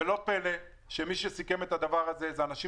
ולא פלא שמי שסיכם את הדבר הזה הם אנשים